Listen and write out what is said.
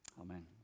Amen